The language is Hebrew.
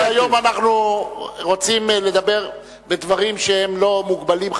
אמרתי שהיום אנחנו רוצים לדבר בדברים שהם לא מוגבלים.